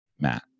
Matt